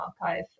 archive